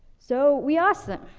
so we asked them